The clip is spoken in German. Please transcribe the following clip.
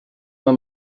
man